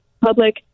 Public